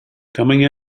coming